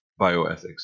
bioethics